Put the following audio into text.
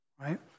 right